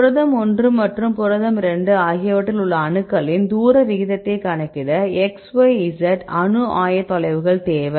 புரதம் 1 மற்றும் புரதம் 2 ஆகியவற்றில் உள்ள அணுக்களின் தூர விகிதத்தை கணக்கிட XYZ அணு ஆயத்தொலைவுகள் தேவை